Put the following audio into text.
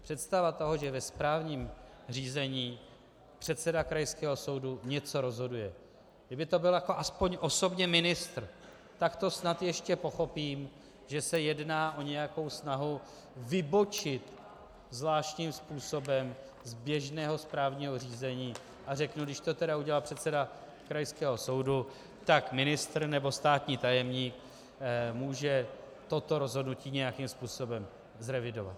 Představa toho, že ve správním řízení předseda krajského soudu něco rozhoduje kdyby to byl aspoň osobně ministr, tak to snad ještě pochopím, že se jedná o nějakou snahu vybočit zvláštním způsobem z běžného správního řízení, a řeknu, když to tedy udělal předseda krajského soudu, tak ministr nebo státní tajemník může toto rozhodnutí nějakým způsobem zrevidovat.